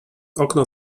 okno